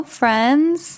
friends